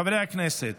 חברי הכנסת,